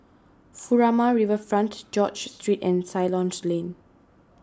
Furama Riverfront George Street and Ceylon Lane